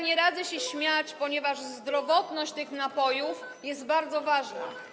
Nie radzę się śmiać, ponieważ zdrowotność tych napojów jest bardzo ważna.